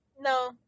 no